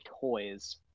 toys